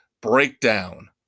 breakdown